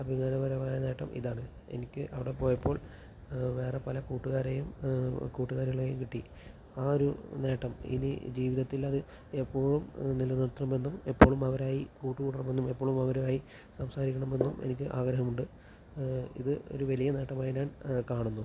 അഭിമാനകരമായ നേട്ടം ഇതാണ് എനിക്ക് അവിടെ പോയപ്പോൾ വേറെ പല കൂട്ടുകാരെയും കൂട്ടുകാരികളെയും കിട്ടി ആ ഒരു നേട്ടം ഇനി ജീവിതത്തില് അത് എപ്പോഴും നിലനിർത്തുമെന്നും എപ്പോഴും അവരായി കൂട്ടുകൂടണമെന്നും എപ്പോഴും അവരുമായി സംസാരിക്കണമെന്നും എനിക്ക് ആഗ്രഹമുണ്ട് ഇത് ഒരു വലിയ നേട്ടമായി ഞാൻ കാണുന്നു